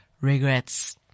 regrets